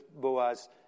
Boaz